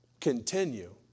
Continue